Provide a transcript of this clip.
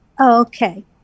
Okay